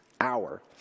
hour